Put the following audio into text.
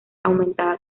aumentaba